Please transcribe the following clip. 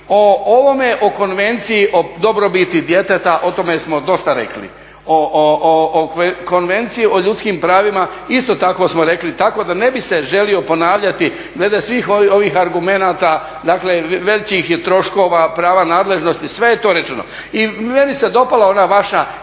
O ovome o konvenciji o dobrobiti djeteta, o tome smo dosta rekli. O konvenciji o ljudskim pravima isto tako smo rekli, tako da ne bih se želio ponavljati glede svih ovih argumenata, dakle većih troškova, prava nadležnosti, sve je to rečeno. I meni se dopala ona vaša